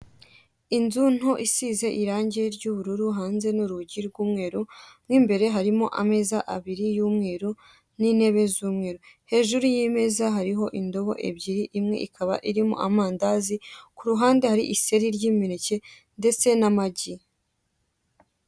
Inzu nto isize irangi ry'ubururu, hanze ni urugi rw'umweru, mo imbere harimo ameza abiri y'umweru, n'intebe z'umweru. Hejuru y'imeza hariho indobo ebyiri, imwe ikaba irimo amandazi, ku ruhande hari iseri ry'imineke ndetse n'amagi.